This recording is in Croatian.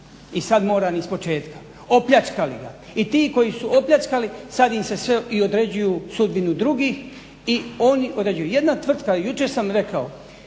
i sad moram ispočetka, opljačkali ga i ti koji su opljačkali sad im se sve i određuju sudbinu drugu i oni određuju. Jedna tvrtka jučer sam rekao